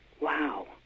Wow